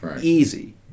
easy